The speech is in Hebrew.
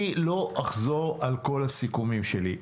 אני לא אחזור על כל הסיכומים שלי.